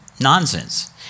nonsense